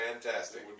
fantastic